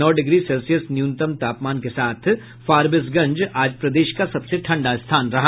नौ degree Celsius न्यूनतम तापमान के साथ फारबिसगंज आज प्रदेश का सबसे ठंडा स्थान रहा